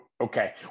okay